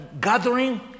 gathering